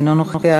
אינו נוכח.